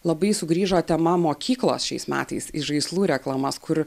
labai sugrįžo tema mokyklos šiais metais į žaislų reklamas kur